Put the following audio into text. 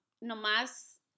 nomás